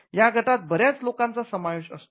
या गटात बऱ्याच लोकांचा समावेश असतो